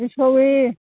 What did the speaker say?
strawberry